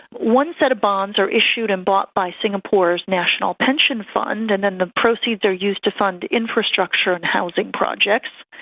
one set of bonds are issued and bought by singapore's national pension fund, and then the proceeds are used to fund infrastructure and housing projects.